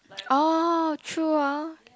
orh true ah